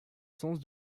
sens